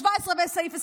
סעיף 17 וסעיף 23,